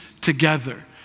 together